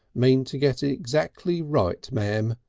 mean to get it exactly right, m'am,